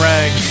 Rag